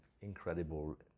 incredible